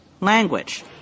language